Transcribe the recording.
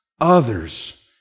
others